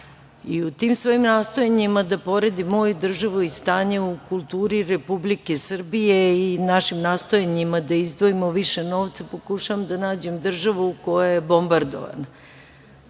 I u tim svojim nastojanjima da poredim ovu državu i stanje u kulturi Republike Srbije i našim nastojanjima da izdvojimo više novca pokušavam da nađem državu koja je bombardovana